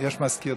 יש מזכיר.